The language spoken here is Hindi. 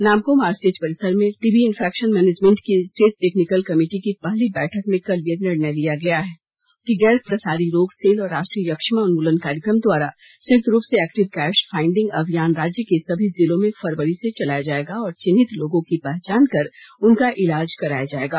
नामकोम आरसीएच परिसर में लैटेंट टीबी इंफेक्शन मैनेजमेंट की स्टेट टेक्निकल कमिटी की पहली बैठक में कल यह निर्णय लिया गया कि गैर प्रसारी रोग सेल और राष्ट्रीय यक्षमा उन्मूलन कार्यक्रम द्वारा संयुक्त रूप से एक्टिव केश फाइंडिंग अभियान राज्य के सभी जिलों में फरवरी से चलाया जाएगा और चिन्हित लोगों की पहचान कर उनका इलाज कराया जाएगा